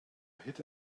hid